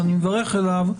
שאני מברך עליו,